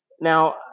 Now